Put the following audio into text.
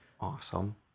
Awesome